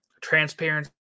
transparency